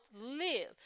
live